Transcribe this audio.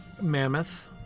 Mammoth